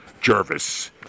Jervis